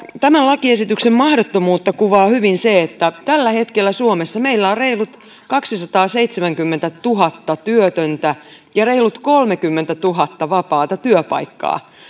tämän lakiesityksen mahdottomuutta kuvaa hyvin se että tällä hetkellä suomessa meillä on reilut kaksisataaseitsemänkymmentätuhatta työtöntä ja reilut kolmekymmentätuhatta vapaata työpaikkaa